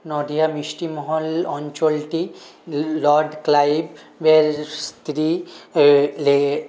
নডিহা মিষ্টিমহল অঞ্চলটি লর্ড ক্লাইভের স্ত্রী